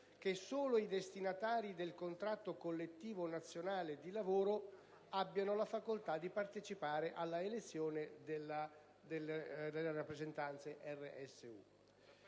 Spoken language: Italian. che solo i destinatari del contratto collettivo nazionale di lavoro abbiano la facoltà di partecipare alla elezione delle rappresentanze RSU.